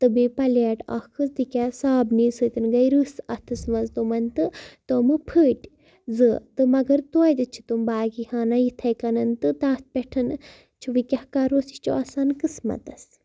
تہٕ بیٚیہِ پَلیٹ اَکھ حظ تِکیٛازِ سابنہِ سۭتۍ گٔے رٕس اَتھَس منٛز تِمَن تہٕ تمہٕ پھٔٹۍ زٕ تہٕ مگر توتہِ چھِ تٕم باقٕے ہٲنہ یِتھٕے کٔنٮ۪ن تہٕ تَتھ پٮ۪ٹھ چھِ وٕ کیٛاہ کَروس یہِ چھِ آسان قٕسمَتَس